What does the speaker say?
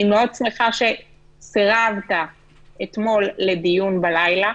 אני מאוד שמחה שסירבת אתמול לדיון בלילה.